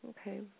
Okay